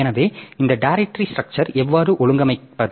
எனவே இந்த directory structure எவ்வாறு ஒழுங்கமைப்பது